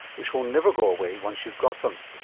which will never go away once you've got them.